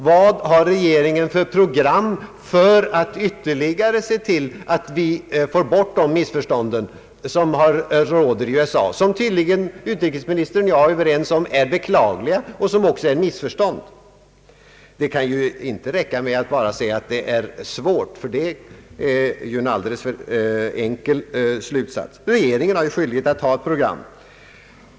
Vad har regeringen för program för att ytterligare se till att vi får bort de missförstånd som råder i USA och som utrikesministern och jag tydligen är överens om är beklagliga. Det kan inte räcka med att bara säga att det är svårt att komma till rätta med dessa missförstånd; det är en alltför enkel slutsats. Regeringen har ju skyldighet att ha ett program.